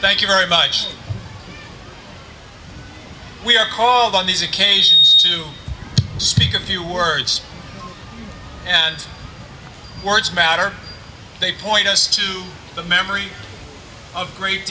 thank you very much we have called on these occasions to speak a few words and words matter they point us to the memory